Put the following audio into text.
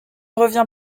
revient